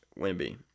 Wimby